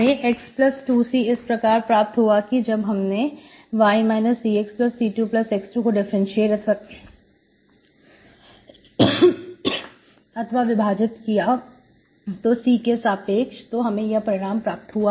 हमें x2C इस प्रकार प्राप्त हुआ कि जब हमने y CxC2x2 को डिफरेंटशिएट अथवा विभाजित किया C के सापेक्ष तो हमें यह परिणाम प्राप्त हुआ